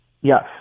Yes